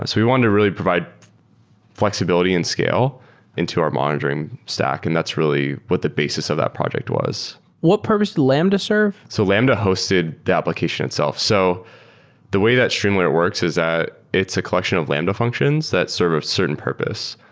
we wanted to really provide flexibility and scale into our monitoring stack, and that's really what the basis of that project was what purpose did lambda serve? so lambda hosted the application itself. so the way that streamalert works is that it's a collection of lambda functions that serve a certain purpose.